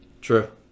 True